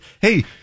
Hey